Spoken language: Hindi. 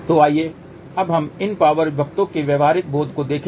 तो आइए अब हम इन पावर विभक्तों के व्यावहारिक बोध को देखें